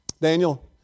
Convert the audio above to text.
Daniel